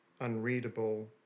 unreadable